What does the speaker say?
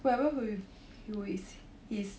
whoever who with who is his